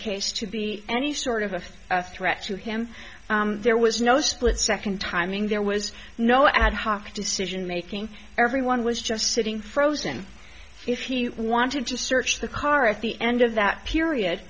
case to be any sort of a threat to him there was no split second timing there was no ad hoc decision making everyone was just sitting frozen if he wanted to search the car at the end of that